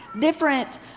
different